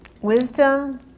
Wisdom